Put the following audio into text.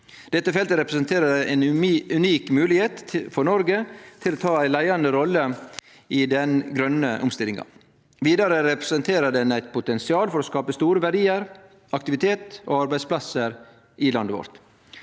Dette feltet representerer ei unik moglegheit for Noreg til å ta ei leiande rolle i den grøne omstillinga. Vidare representerer det eit potensial for å skape store verdiar, aktivitet og arbeidsplassar i landet vårt.